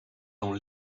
dans